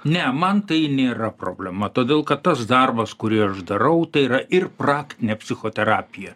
ne man tai nėra problema todėl kad tas darbas kurį aš darau tai yra ir praktinė psichoterapija